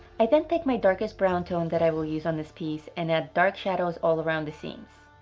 i then take my darkest brown tone that i will use on this piece and add dark shadows all around the seams.